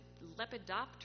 Lepidoptera